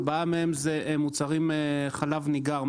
ארבעה מהם הם מוצרים של חלב ניגר.